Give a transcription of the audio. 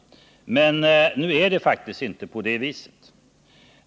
Men nu är det faktiskt inte på det sättet.